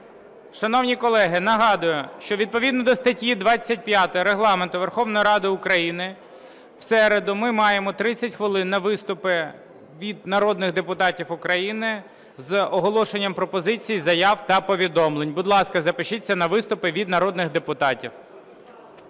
Шановні колеги, нагадую, що відповідно до статті 25 Регламенту Верховної Ради України в середу ми маємо до 30 хвилин на виступи від народних депутатів України з оголошенням пропозицій, заяв та повідомлень. Будь ласка, запишіться на виступи від народних депутатів.